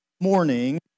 morning